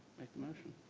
make the motion.